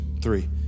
three